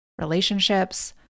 relationships